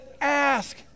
ask